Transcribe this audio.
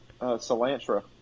cilantro